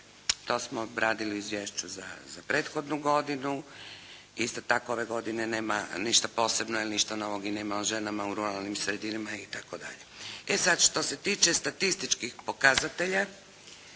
to smo obradili u izvješću za prethodnu godinu. Isto tako ove godine nema ništa posebno jer ništa novog nema o ženama u ruralnim sredinama itd. E sada, što se tiče statističkih pokazatelja